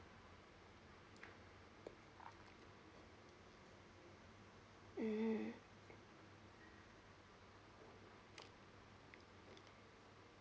mm